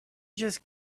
just